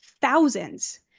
Thousands